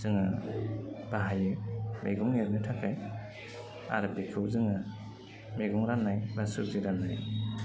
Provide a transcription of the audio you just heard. जोङो बाहायो मैगं एरनो थाखाय आरो बेखौ जोङो मैगं रान्नाय बा सबजि रान्नाय